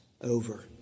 over